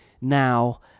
now